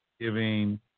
giving